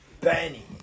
Benny